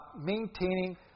maintaining